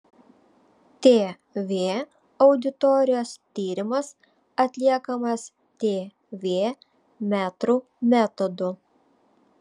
tv auditorijos tyrimas atliekamas tv metrų metodu